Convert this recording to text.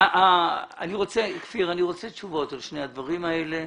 רוצה תשובות על שני הדברים האלה.